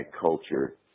culture